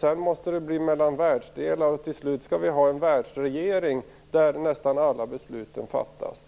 Sedan måste det bli världsdelarna som slåss. Till slut skall vi ha en världsregering, där nästan alla besluten fattas.